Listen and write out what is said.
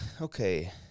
okay